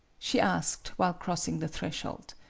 she asked, while crossing the threshold.